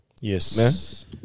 Yes